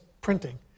printing